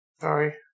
Sorry